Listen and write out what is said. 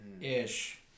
ish